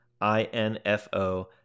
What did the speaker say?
I-N-F-O